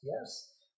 yes